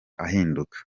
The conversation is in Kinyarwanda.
ahinduka